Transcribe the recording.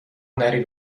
هنری